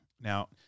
Now